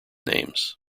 names